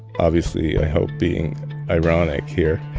obviously, i hope, being ironic here.